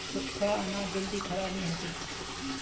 सुख्खा अनाज जल्दी खराब नी हछेक